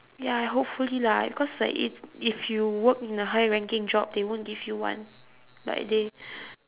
ya hopefully lah cause like if if you work in a high-ranking job they won't give you [one] like they